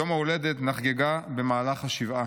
יום ההולדת נחגג במהלך השבעה.